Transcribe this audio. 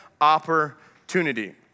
opportunity